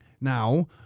now